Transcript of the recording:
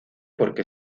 porque